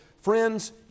Friends